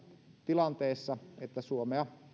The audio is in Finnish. tilanteessa että suomea